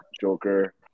Joker